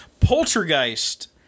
Poltergeist